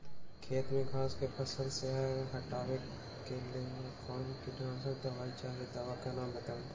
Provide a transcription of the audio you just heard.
खेत में घास के फसल से हटावे के लेल कौन किटनाशक दवाई चाहि दवा का नाम बताआई?